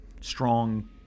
strong